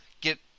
get